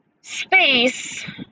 space